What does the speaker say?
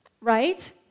right